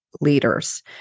leaders